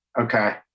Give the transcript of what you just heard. Okay